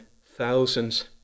thousands